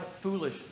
foolish